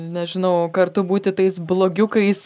nežinau kartu būti tais blogiukais